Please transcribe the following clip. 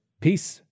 Peace